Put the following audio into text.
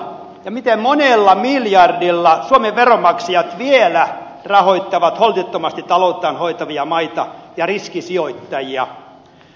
miten kauan ja miten monella miljardilla suomen veronmaksajat vielä rahoittavat holtittomasti talouttaan hoitavia maita ja riskisijoittajia